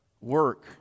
work